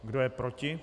Kdo je proti?